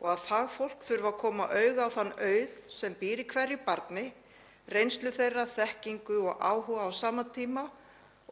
og að fagfólk þurfi að koma auga á þann auð sem býr í hverju barni, reynslu þess, þekkingu og áhuga, á sama tíma